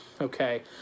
okay